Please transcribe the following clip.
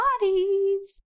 bodies